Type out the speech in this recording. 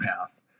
path